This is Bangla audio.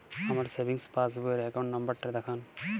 আমার সেভিংস পাসবই র অ্যাকাউন্ট নাম্বার টা দেখান?